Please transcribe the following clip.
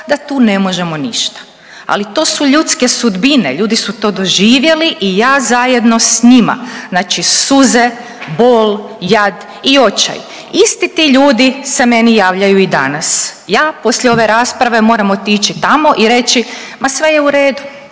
da tu ne možemo ništa, ali to su ljudske sudbine, ljudi su to doživjeli i ja zajedno s njima, znači suze, bol, jad i očaj. Isti ti ljudi se meni javljaju i danas. Ja poslije ove rasprave moram otići tamo i reći ma sve je u redu,